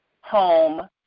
Home